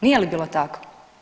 Nije li bilo tako?